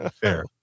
Fair